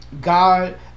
God